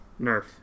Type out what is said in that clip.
Nerf